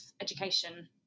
education